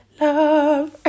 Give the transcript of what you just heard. love